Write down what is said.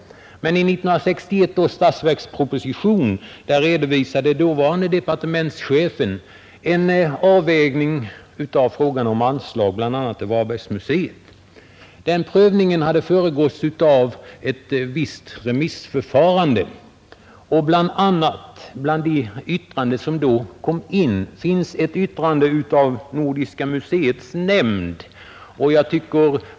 I statsverkspropositionen 1961 redovisade dåvarande departementschefen den avvägning av anslag som gjorts, bl.a. till Varbergs museum. Den prövningen hade föregåtts av ett remissförfarande, och bland inkomna remissyttranden fanns då ett från Nordiska museets nämnd.